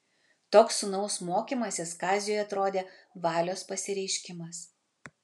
toks sūnaus mokymasis kaziui atrodė valios pasireiškimas